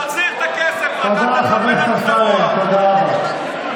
תחזיר את הכסף, חבר הכנסת אמסלם, תודה רבה.